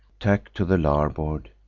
tack to the larboard,